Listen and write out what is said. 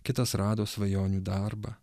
kitas rado svajonių darbą